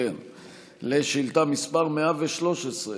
לשאילתה מס' 113,